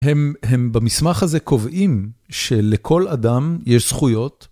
הם במסמך הזה קובעים שלכל אדם יש זכויות.